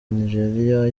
nigeria